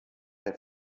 der